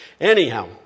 Anyhow